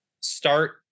start